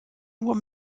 uhr